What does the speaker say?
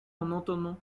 monótono